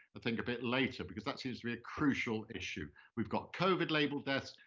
i think, a bit later because that seems to be a crucial issue. we've got covid-labeled deaths,